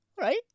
Right